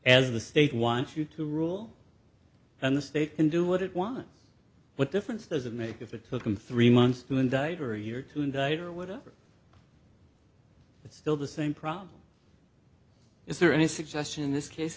as the state wants you to rule and the state can do what it wants what difference does it make if it took them three months to indict or a year to indict or whatever it's still the same problem is there any suggestion in this case